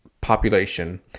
population